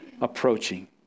approaching